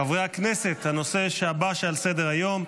חברי הכנסת, הנושא הבא שעל סדר-היום,